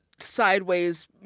Sideways